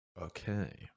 okay